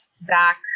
back